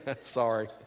sorry